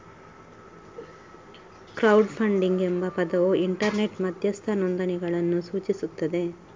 crowd funding ಎಂಬ ಪದವು internet ಮಧ್ಯಸ್ಥ ನೋಂದಣಿಗಳನ್ನು ಸೂಚಿಸುತ್ತದೆ